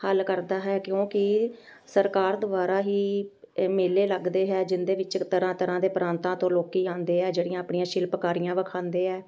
ਹੱਲ ਕਰਦਾ ਹੈ ਕਿਉਂਕਿ ਸਰਕਾਰ ਦੁਆਰਾ ਹੀ ਇਹ ਮੇਲੇ ਲੱਗਦੇ ਹੈ ਜਿਹਦੇ ਵਿੱਚ ਇੱਕ ਤਰ੍ਹਾਂ ਤਰ੍ਹਾਂ ਦੇ ਪ੍ਰਾਂਤਾਂ ਤੋਂ ਲੋਕ ਆਉਂਦੇ ਹੈ ਜਿਹੜੀਆਂ ਆਪਣੀਆਂ ਸ਼ਿਲਪਕਾਰੀਆਂ ਵਿਖਾਉਂਦੇ ਹੈ